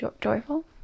joyful